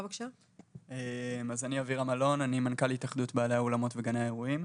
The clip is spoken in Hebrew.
אני מנכ"ל התאחדות בעלי האולמות וגני האירועים.